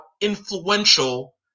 influential